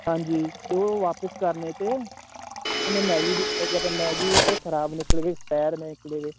ਹਾਂਜੀ ਉਹ ਵਾਪਸ ਕਰਨੇ ਤੇ ਮੈਂ ਮੈਗੀ ਵੀ ਲੈ ਗਿਆ ਤਾ ਮੈਗੀ ਵਿੱਚ ਖਰਾਬ ਨਿਕਲ ਗਈ